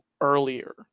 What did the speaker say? earlier